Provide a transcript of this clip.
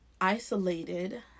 isolated